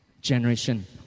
generation